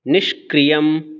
निष्क्रियम्